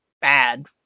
Bad